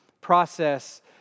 process